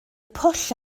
pwll